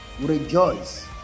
Rejoice